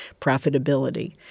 profitability